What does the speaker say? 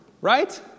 right